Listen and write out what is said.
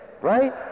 Right